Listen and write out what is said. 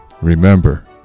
Remember